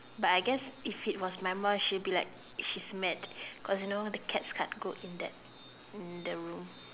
but I guess if it was my mum she'll be like she's made cause you know the cats can't go in that in the room